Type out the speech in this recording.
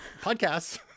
podcasts